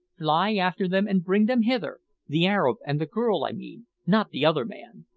fly after them and bring them hither the arab and the girl i mean not the other man.